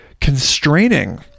constraining